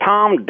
Tom